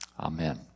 Amen